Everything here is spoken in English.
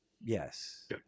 Yes